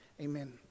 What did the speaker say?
amen